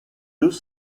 deux